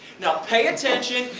now pay attention,